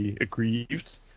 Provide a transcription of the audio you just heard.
Aggrieved